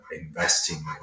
investing